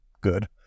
good